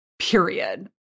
Period